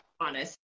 honest